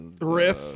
Riff